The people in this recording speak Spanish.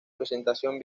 presentación